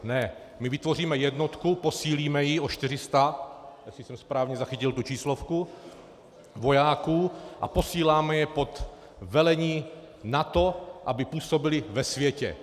Ne, my vytvoříme jednotku, posílíme ji o 400 jestli jsem správně zachytil tu číslovku vojáků a posíláme je pod velení NATO, aby působili ve světě.